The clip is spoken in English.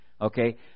Okay